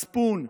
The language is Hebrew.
מצפון,